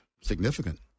significant